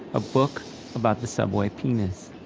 a book about the subway penis.